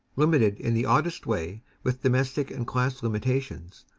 limited in the oddest way with domestic and class limitations,